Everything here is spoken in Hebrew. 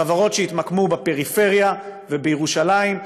הטבות המס כך שהוא ייתן עדיפות לחברות שיתמקמו בפריפריה ובירושלים.